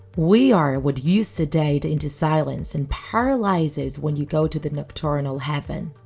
we are what you sedate into silence and paralysis when you go to the nocturnal heaven,